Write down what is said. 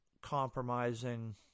compromising